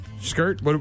Skirt